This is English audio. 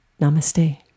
Namaste